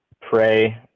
pray